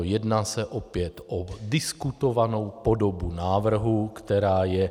Jedná se opět o diskutovanou podobu návrhu, která je.